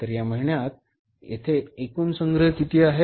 तर या महिन्यात येथे एकूण संग्रह किती आहेत